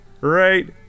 Right